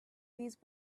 these